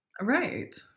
Right